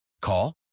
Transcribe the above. Call